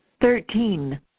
Thirteen